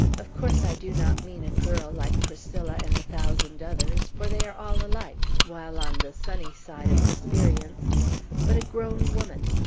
of course, i do not mean a girl, like priscilla and a thousand others for they are all alike, while on the sunny side of experience but a grown woman.